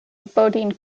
boating